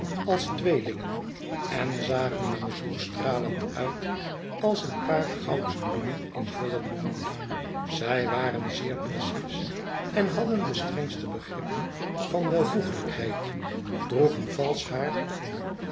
als tweelingen en zagen er zoo stralend uit als een paar goudsbloemen in vollen bloei zij waren zeer precies en hadden de strengste begrippen van welvoegelijkheid droegen valsch haar